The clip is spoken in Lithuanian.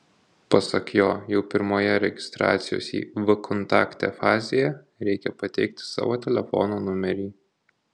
pasak jo jau pirmoje registracijos į vkontakte fazėje reikia pateikti savo telefono numerį